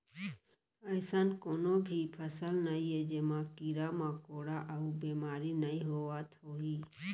अइसन कोनों भी फसल नइये जेमा कीरा मकोड़ा अउ बेमारी नइ होवत होही